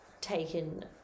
taken